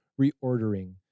reordering